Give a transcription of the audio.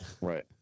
right